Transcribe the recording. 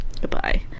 goodbye